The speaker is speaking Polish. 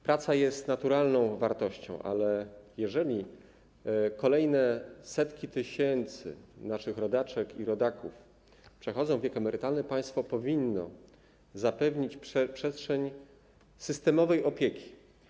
Praca jest naturalną wartością, ale jeżeli kolejne setki tysięcy naszych rodaczek i rodaków przechodzą, osiągają wiek emerytalny, to państwo powinno zapewnić przestrzeń systemowej opieki.